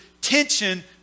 tension